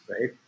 right